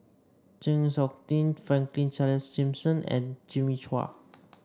Chng Seok Tin Franklin Charles Gimson and Jimmy Chua